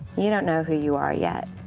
you don't know who you are yet,